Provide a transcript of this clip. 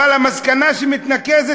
אבל המסקנה שמתנקזת,